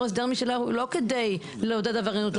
הסדר משלה הוא לא כדי לעודד עבריינות.